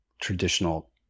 traditional